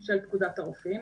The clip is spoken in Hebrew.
של פקודת הרופאים,